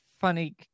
funny